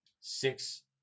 six